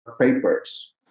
papers